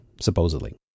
supposedly